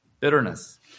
Bitterness